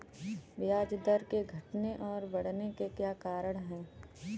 ब्याज दर के घटने और बढ़ने के क्या कारण हैं?